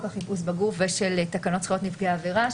החיפוש בגוף ושל תקנות זכויות נפגעי עבירה,